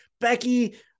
Becky